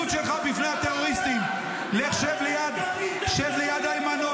עבר, לימד אותנו